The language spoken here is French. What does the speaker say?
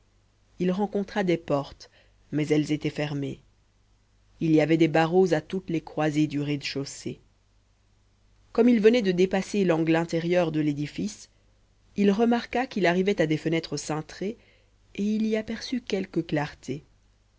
il rencontra des portes mais elles étaient fermées il y avait des barreaux à toutes les croisées du rez-de-chaussée comme il venait de dépasser l'angle intérieur de l'édifice il remarqua qu'il arrivait à des fenêtres cintrées et il y aperçut quelque clarté